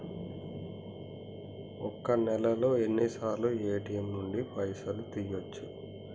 ఒక్క నెలలో ఎన్నిసార్లు ఏ.టి.ఎమ్ నుండి పైసలు తీయచ్చు?